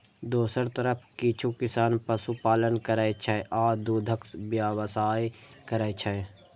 दोसर तरफ किछु किसान पशुपालन करै छै आ दूधक व्यवसाय करै छै